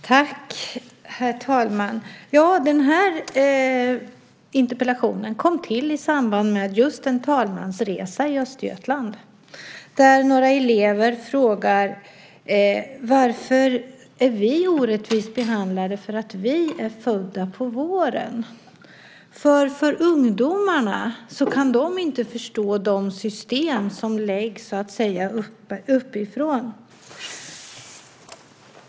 Herr talman! Interpellationen kom till i samband med en talmansresa i Östergötland där några elever frågade: Varför är vi orättvist behandlade för att vi är födda på våren? Ungdomarna kan inte förstå de system som läggs uppifrån.